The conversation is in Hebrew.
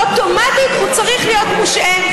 אוטומטית הוא צריך להיות מושעה.